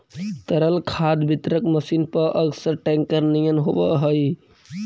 तरल खाद वितरक मशीन पअकसर टेंकर निअन होवऽ हई